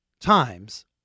times